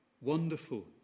wonderful